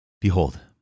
Behold